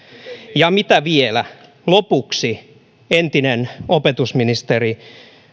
ja mitä vielä lopuksi entinen opetusministeri